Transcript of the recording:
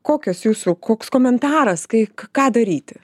kokios jūsų koks komentaras kai ką daryti